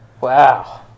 wow